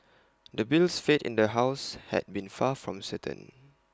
the bill's fate in the house had been far from certain